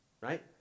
right